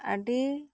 ᱟᱹᱰᱤ